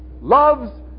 Love's